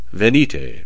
venite